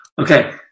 Okay